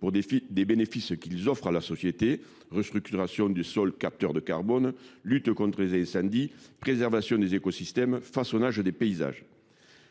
pour les bénéfices qu’ils offrent à la société : restructuration des sols qui captent le dioxyde de carbone, lutte contre les incendies, préservation des écosystèmes, façonnage des paysages.